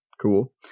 Cool